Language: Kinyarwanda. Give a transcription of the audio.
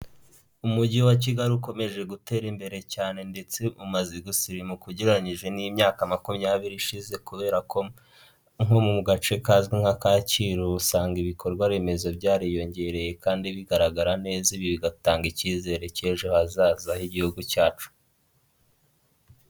Umujyi wa Kigali ukomeje gutera imbere cyane ndetse umaze gusimuka ugereranyije n'imyaka makumyabiri ishize, kubera ko nko mu gace kazwi nka Kacyiru usanga ibikorwa remezo byariyongereye kandi bigaragara neza ibi bigatanga icyizere cy'ejo hazaza h'igihugu cyacu.